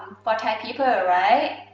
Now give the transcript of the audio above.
for thai people, right?